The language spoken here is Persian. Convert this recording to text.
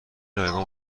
رایگان